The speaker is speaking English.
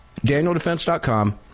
DanielDefense.com